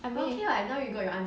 but then if